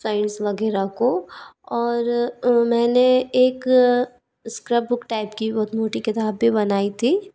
science वग़ैरह को और मैंने एक स्क्रैपबुक टाइप की बहुत मोटी किताब भी बनाई थी